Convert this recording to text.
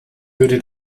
würde